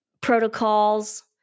protocols